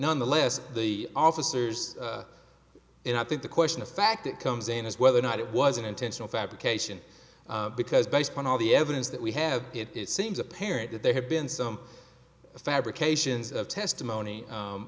nonetheless the officers and i think the question of fact that comes in is whether or not it was in intentional fabrication because based on all the evidence that we have it seems apparent that there have been some fabrications of testimony